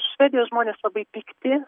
švedijos žmonės labai pikti